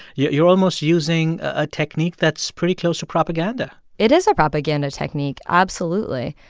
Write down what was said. yeah you're almost using a technique that's pretty close to propaganda it is a propaganda technique. absolutely.